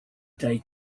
day